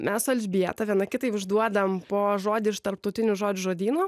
mes su elžbieta viena kitai užduodam po žodį iš tarptautinių žodžių žodyno